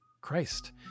Christ